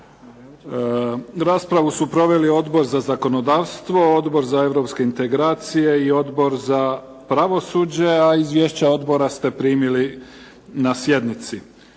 Raspravu su proveli Odbor za zakonodavstvo, Odbor za europske integracije i Odbor za pravosuđe, a izvješća odbora ste primili na sjednici.